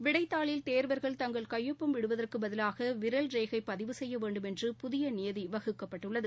விடைத்தாளில் தேர்வர்கள் தங்கள் கையொப்பம் இடுவதற்கு பதிலாக விரல் ரேகை பதிவு செய்ய வேண்டும் என்று புதிய நியதி வகுக்கப்பட்டுள்ளது